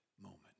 moment